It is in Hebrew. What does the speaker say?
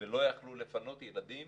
ולא יכלה לפנות ילדים